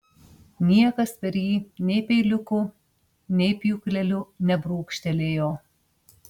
niekas per jį nei peiliuku nei pjūkleliu nebrūkštelėjo